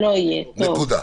נקודה.